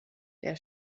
der